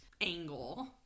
angle